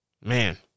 man